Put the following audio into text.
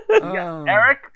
Eric